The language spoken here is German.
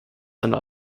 einer